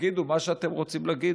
תגידו מה שאתם רוצים להגיד,